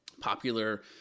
popular